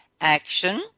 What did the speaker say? action